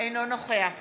אינו נוכח